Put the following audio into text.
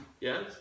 Yes